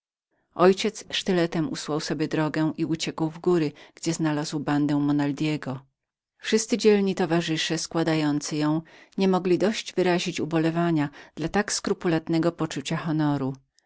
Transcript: ojciec sztyletem usłał sobie drogę i uciekł w góry gdzie znalazł bandę monaldego wszyscy dzielni towarzysze składający ją nie mogli dość wyrazić uwielbienia dla tak religijnego pojęcia honoru